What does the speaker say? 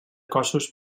cossos